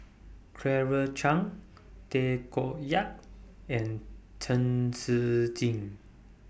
Claire Chiang Tay Koh Yat and Chen Shiji